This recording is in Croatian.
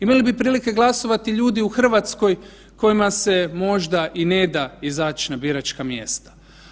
Imali bi prilike glasovati ljudi u Hrvatskoj kojima se možda i ne da izaći na biračka mjesta.